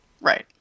Right